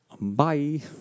Bye